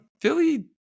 Philly